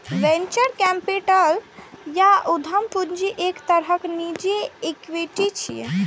venture capital या उद्यम पूंजी एक तरहक निजी इक्विटी छियै